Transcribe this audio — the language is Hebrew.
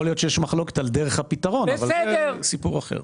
יכול להיות שיש מחלוקת על דרך הפתרון אבל זה סיפור אחר.